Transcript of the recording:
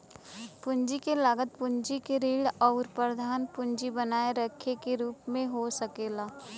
पूंजी क लागत पूंजी ऋण आउर प्रधान पूंजी बनाए रखे के रूप में हो सकला